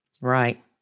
Right